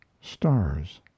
stars